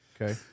Okay